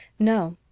no.